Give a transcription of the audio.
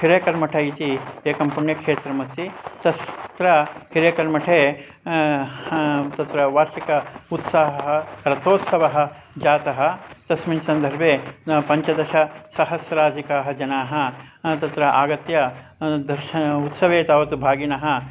हिरेकल् मठ इति एकं पुण्यक्षेत्रमस्ति तत्र हिरेकल् मठे तत्र वार्षिक उत्साहः रथोत्सवः जातः तस्मिन् सन्दर्भे पञ्चदशसहस्राधिकाः जनाः तत्र आगत्य दर्शनम् उत्सवे तावत् भागिनः